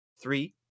three